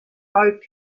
park